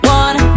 one